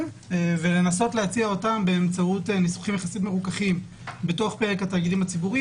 ולנסות להציע אותם בניסוחים יחסית מרוככים בתוך פרק התאגידים הציבוריים